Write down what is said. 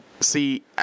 See